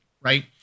right